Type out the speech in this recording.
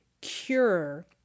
cure